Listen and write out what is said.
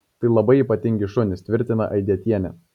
tai labai ypatingi šunys tvirtina aidietienė